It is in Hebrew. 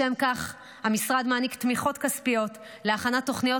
לשם כך המשרד מעניק תמיכות כספיות להכנת תוכניות